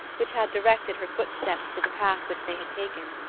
which had directed her footsteps to the path which they had taken.